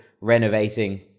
renovating